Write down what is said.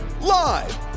Live